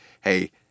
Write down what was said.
hey